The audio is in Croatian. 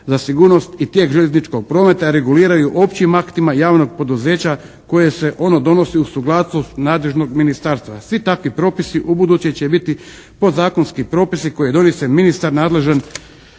za sigurnost i tijek željezničkom prometa reguliraju općim aktima javnog poduzeća koje se ono donosi uz suglasnost nadležnog ministarstva. Svi takvi propisi u buduće će biti podzakonski propisi koji donosi ministar nadležan